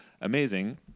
Amazing